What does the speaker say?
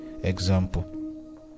example